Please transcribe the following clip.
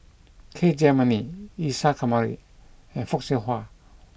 K Jayamani Isa Kamari and Fock Siew Wah